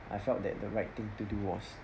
I felt that the right thing to do was